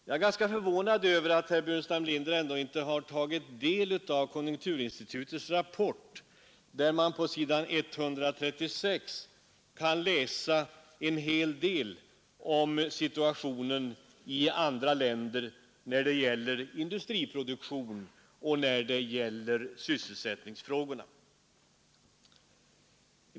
Jag är ganska förvånad över att herr Burenstam Linder inte har tagit del av konjunkturinsitutets rapport, där man s. 136 kan inhämta uppgifter om situationen i andra länder när det gäller industriproduktion och sysselsättning.